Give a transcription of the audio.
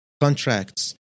contracts